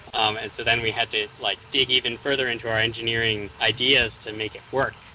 and so then we had to, like, dig even further into our engineering ideas to make it work.